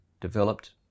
developed